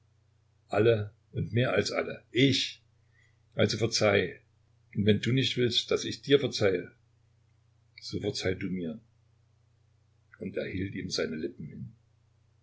alle und mehr als alle ich also verzeih wenn du nicht willst daß ich dir verzeihe so verzeih du mir und er hielt ihm seine lippen